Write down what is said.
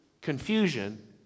confusion